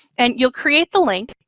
and you'll create the link,